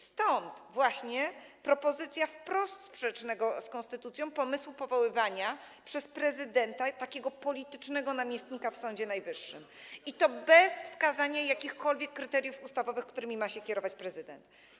Stąd właśnie propozycja wprost sprzecznego z konstytucją powoływania przez prezydenta takiego politycznego namiestnika w Sądzie Najwyższym, i to bez wskazania jakichkolwiek kryteriów ustawowych, którymi ma się kierować prezydent.